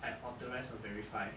I authorise or verify